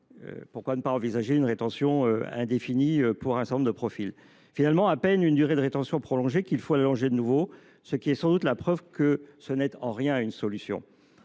lors, ne pas envisager une rétention indéfinie pour un certain nombre de profils ? Finalement, à peine la durée de rétention est elle prolongée qu’il faut l’allonger de nouveau, ce qui est sans doute la preuve que ce n’est en rien une solution.